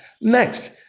Next